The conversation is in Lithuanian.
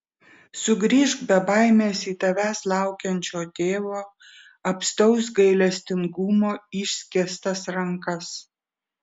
sugrįžk be baimės į tavęs laukiančio tėvo apstaus gailestingumo išskėstas rankas